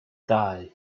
dau